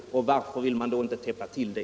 Varför vill man då inte täppa till det?